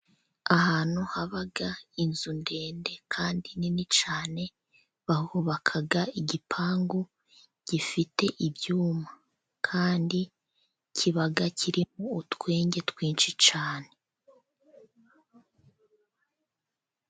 Ahantu haba inzu ndende kandi nini cyane, bahubaka igipangu gifite ibyuma, kandi kiba kirimo utwenge twinshi cyane.